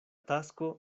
tasko